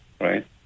right